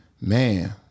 man